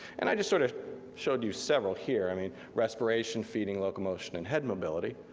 and i just sort of showed you several here, i mean, respiration, feeding, locomotion, and head mobility.